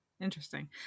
Interesting